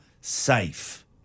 safe